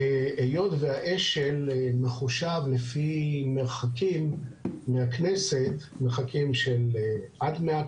היות שהאש"ל מחושב לפי מרחקים מהכנסת מרחקים של עד 100 ק"מ,